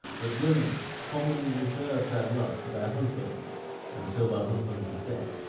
that women commonly reserve their love for their husbands until their husbands are dead.